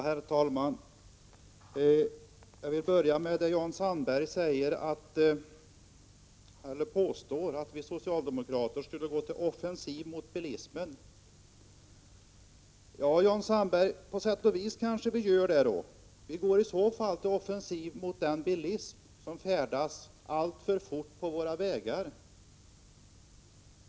Herr talman! Jag vill börja med det Jan Sandberg sade om att vi socialdemokrater skulle gå till offensiv mot bilismen. Ja, på sätt och vis kanske vi gör det, men i så fall går vi till offensiv mot de bilister som färdas alltför fort på våra vägar.